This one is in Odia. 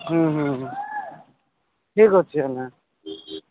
ହୁଁ ହୁଁ ହୁଁ ଠିକ୍ ଅଛି ହେଲା